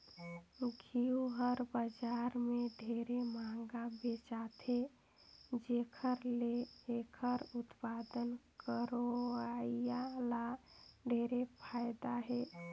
घींव हर बजार में ढेरे मंहगा बेचाथे जेखर ले एखर उत्पादन करोइया ल ढेरे फायदा हे